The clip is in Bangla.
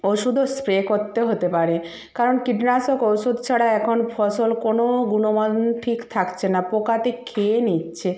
ওষুদও স্প্রে করতে হতে পারে কারণ কীটনাশক ওষুদ ছাড়া এখন ফসল কোনও গুণমান ঠিক থাকছে না পোকাতে খেয়ে নিচ্ছে